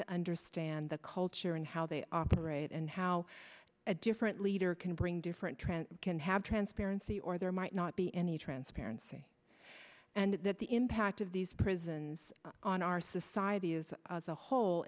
to understand the culture and how they operate and how a different leader can bring different trends can have transparency or there might not be any transparency and that the impact of these prisons on our society is as a whole